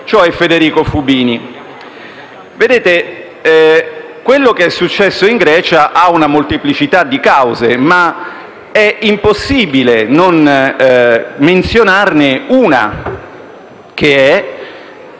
cioè Federico Fubini. Quello che è successo in Grecia ha una molteplicità di cause, ma è impossibile non menzionarne una, che è